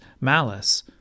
malice